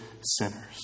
sinners